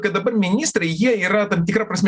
kad dabar ministrai jie yra tam tikra prasme